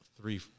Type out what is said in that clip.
three –